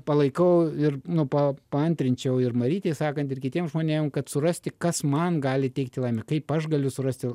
palaikau ir nu pa paantrinčiau ir marytei sakant ir kitiem žmonėm kad surasti kas man gali teikti laimę kaip aš galiu surasti